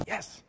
Yes